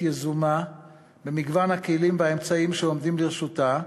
יזומה במגוון הכלים והאמצעים שעומדים לרשותה.